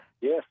Yes